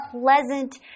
pleasant